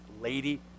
Lady